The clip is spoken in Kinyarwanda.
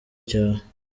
cyawe